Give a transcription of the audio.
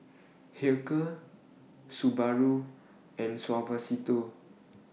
Hilker Subaru and Suavecito